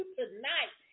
tonight